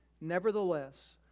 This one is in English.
Nevertheless